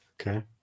okay